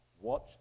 Watch